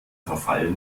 verfall